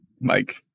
mike